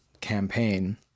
campaign